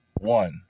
one